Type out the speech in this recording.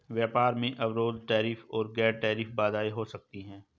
व्यापार में अवरोध टैरिफ और गैर टैरिफ बाधाएं हो सकती हैं